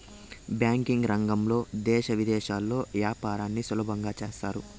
banking రంగంలో దేశ విదేశాల్లో యాపారాన్ని సులభంగా చేత్తారు